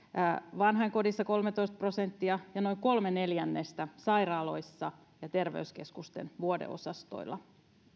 vanhainkodissa kolmetoista prosenttia ja noin kolme neljännestä sairaaloissa ja terveyskeskusten vuodeosastoilla